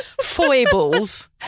foibles